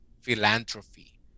philanthropy